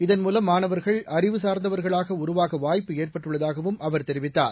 இதன்மூலம் மானவர்கள் அறிவுசார்ந்தவர்களாக உருவாக வாய்ப்பு ஏற்பட்டுள்ளதாகவும் அவர் தெரிவித்தார்